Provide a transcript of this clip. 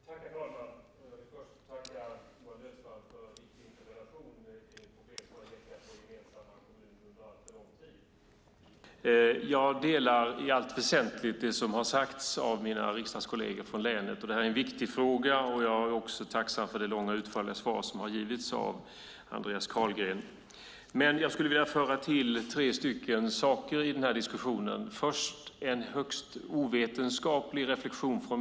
Herr talman! Jag vill först tacka Johan Löfstrand som i sin interpellation pekar på ett problem som har gäckat vår gemensamma kommun under alltför lång tid. Jag delar i allt väsentligt det som har sagts av mina riksdagskolleger från länet. Det här är en viktig fråga. Jag är också tacksam för det långa och utförliga svar som Andreas Carlgren har gett. Jag skulle vilja tillföra tre saker i den här diskussionen. Först har jag en högst ovetenskaplig reflexion.